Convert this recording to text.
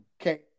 Okay